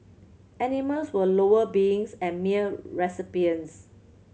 animals were lower beings and mere recipients